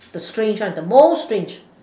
the strange one the most strange